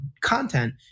content